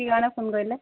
কি কাৰণে ফোন কৰিলে